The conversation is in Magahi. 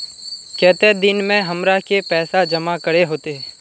केते दिन में हमरा के पैसा जमा करे होते?